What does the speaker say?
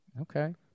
Okay